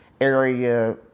area